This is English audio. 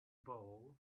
boat